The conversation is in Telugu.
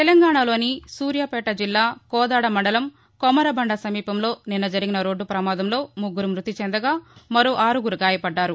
తెలంగాణాలోని సూర్యాపేట జిల్లా కోదాడ మండలం కొమరబండ సమీపంలో నిన్న జరిగిన రోడ్ట ప్రమాదంలో ముగ్గురు మ్బతి చెందగా మరో ఆరుగురు గాయపడ్గారు